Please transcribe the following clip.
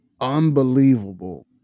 unbelievable